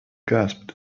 gasped